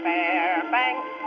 Fairbanks